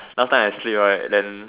last time I sleep right then